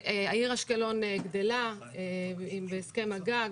העיר אשקלון גדלה בהסכם הגג,